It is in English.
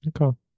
Okay